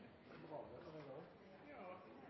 det må